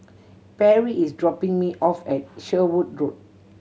Perri is dropping me off at Sherwood Road